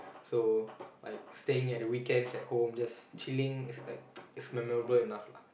so like staying at the weekends at home just chilling is like is memorable enough lah